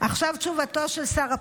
עכשיו תשובתו של שר הפנים.